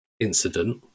Incident